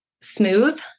smooth